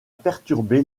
perturbé